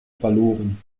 verloren